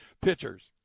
pitchers